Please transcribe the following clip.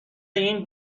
این